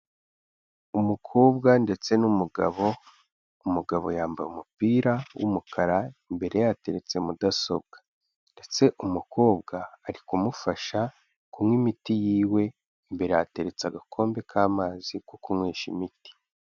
Umukobwa ndetse n'umugabo, umugabo yambaye umupira w'umukara, imbere yateretse mudasobwa. Ndetse umukobwa ari kumufasha kunywa imiti yiwe, imbere hateretse agakombe k'amazi ko kunywesha imiti.